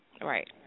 Right